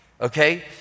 okay